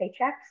paychecks